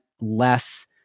less